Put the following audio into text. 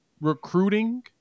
recruiting